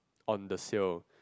on the seal